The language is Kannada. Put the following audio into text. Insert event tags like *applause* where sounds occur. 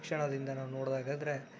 ಶಿಕ್ಷಣದಿಂದ ನಾವು *unintelligible*